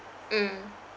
mm